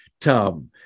Tom